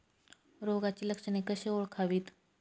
रोगाची लक्षणे कशी ओळखावीत?